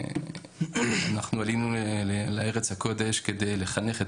אנחנו עלינו לארץ הקודש כדי לחנך את